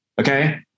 okay